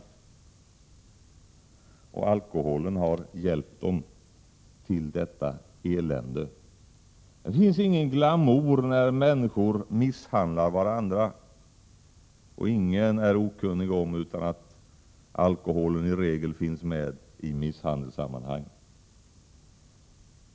Det är alkoholen som hjälpt dem till deras elände. Det ligger ingen glamour i att människor misshandlar varandra. Ingen är okunnig om att alkoholen i regel finns med i misshandelssammanhang.